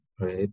right